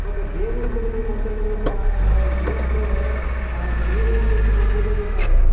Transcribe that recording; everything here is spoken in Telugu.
ఒక దేవుడి గుడిలో మొత్తం మీద ఒక దీంట్లో ఆ సీరిల్ సెట్టు మొత్తం మీద ఒక